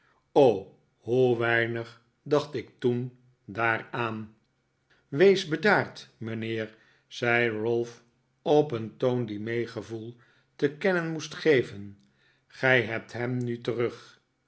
o hoe weinig dacht ik toen daaraan wees bedaard mijnheer zei ralph op een toon die meegevoel te kennen moest geven gij hebt hem nu terug